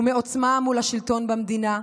ומעוצמה מול השלטון במדינה,